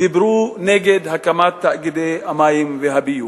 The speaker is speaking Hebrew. דיברו נגד הקמת תאגידי המים והביוב,